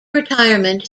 retirement